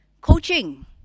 coaching